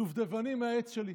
דובדבנים מהעץ שלי.